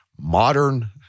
modern